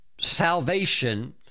salvation